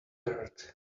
heard